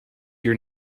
your